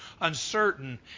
uncertain